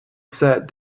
sat